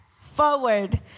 forward